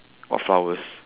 what flowers